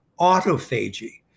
autophagy